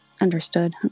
understood